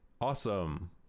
awesome